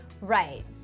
Right